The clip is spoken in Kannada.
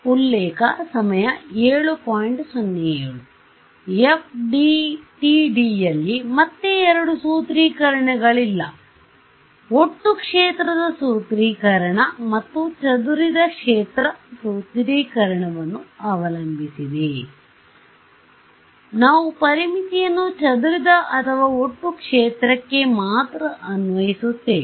FDTDಯಲ್ಲಿ ಮತ್ತೆ ಎರಡು ಸೂತ್ರೀಕರಣಗಳಿಲ್ಲ ಒಟ್ಟು ಕ್ಷೇತ್ರದ ಸೂತ್ರೀಕರಣ ಮತ್ತು ಚದುರಿದ ಕ್ಷೇತ್ರ ಸೂತ್ರೀಕರಣವನ್ನು ಅವಲಂಬಿಸಿದೆ ನಾವು ಪರಿಮಿತಿಯನ್ನು ಚದುರಿದ ಅಥವಾ ಒಟ್ಟು ಕ್ಷೇತ್ರಕ್ಕೆ ಮಾತ್ರ ಅನ್ವಯಿಸುತ್ತೇವೆ